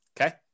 Okay